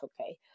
okay